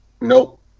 Nope